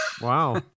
Wow